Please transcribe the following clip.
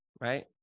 Right